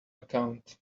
account